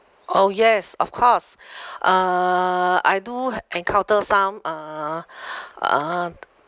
oh yes of course uh I do encounter some uh uh